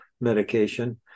medication